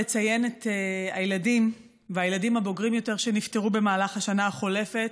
לציין את הילדים והילדים הבוגרים יותר שנפטרו במהלך השנה החולפת,